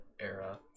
era